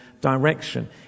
direction